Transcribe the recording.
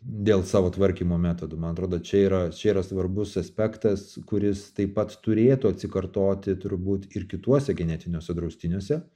dėl savo tvarkymo metodų man atrodo čia yra čia yra svarbus aspektas kuris taip pat turėtų atsikartoti turbūt ir kituose genetiniuose draustiniuose